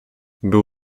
był